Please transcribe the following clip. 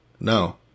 No